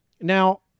Now